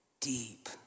deep